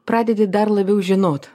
pradedi dar labiau žinot